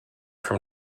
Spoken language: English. from